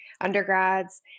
undergrads